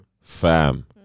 Fam